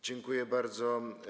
Dziękuję bardzo.